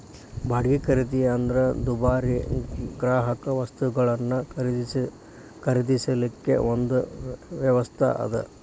ಬಾಡ್ಗಿ ಖರೇದಿ ಅಂದ್ರ ದುಬಾರಿ ಗ್ರಾಹಕವಸ್ತುಗಳನ್ನ ಖರೇದಿಸಲಿಕ್ಕೆ ಒಂದು ವ್ಯವಸ್ಥಾ ಅದ